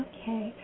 Okay